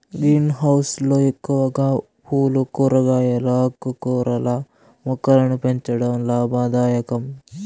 green house లో ఎక్కువగా పూలు, కూరగాయలు, ఆకుకూరల మొక్కలను పెంచడం లాభదాయకం